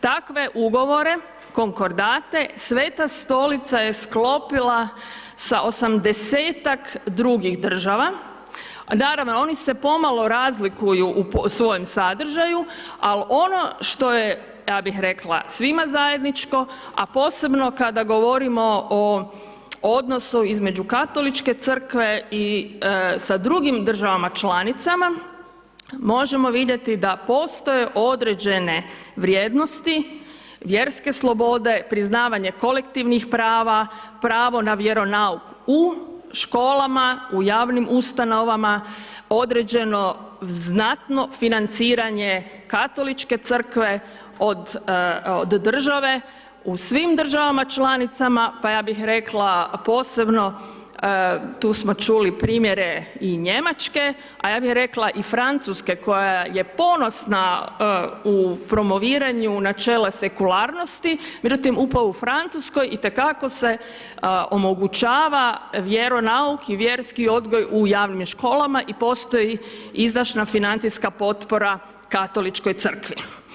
Takve ugovore konkordate Sveta Stolica je sklopila sa 80-tak drugih država, naravno oni se pomalo razliku u svojem sadržaju, al ono što je ja bih rekla svima zajedničko, a posebno kada govorimo o odnosu između Katoličke crkve i sa drugim državama članicama možemo vidjeti da postoje određene vrijednosti vjerske slobode, priznavanje kolektivnih prava, pravo na vjeronauk u školama, u javnim ustanovama, određeno znatno financiranje Katoličke crkve od države u svim državama članicama, pa ja bih rekla posebno tu smo čuli primjere i Njemačke, a ja bih rekla i Francuske koja je ponosna u promoviranju načela sekularnosti, međutim upravo u Francuskoj i te kako se omogućava vjeronauk i vjerski odgoj u javnim školama i postoji izdašna financijska potpora Katoličkoj crkvi.